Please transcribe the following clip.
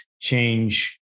change